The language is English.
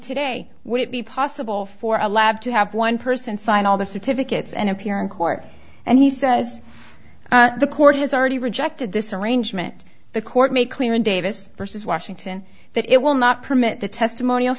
today would it be possible for a lab to have one person sign all the certificates and appear in court and he says the court has already rejected this arrangement the court made clear in davis versus washington that it will not permit the testimonial